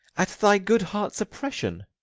at thy good heart's oppression.